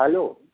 hello